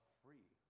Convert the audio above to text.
free